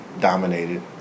dominated